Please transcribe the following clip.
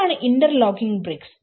ഇതാണ് interlocking BRICS